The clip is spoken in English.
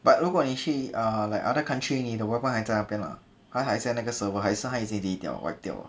but 如果你去 uh like other country 你的 weapon 还在那边吗还在那个 server 还是他已经 delete 掉 wipe 掉了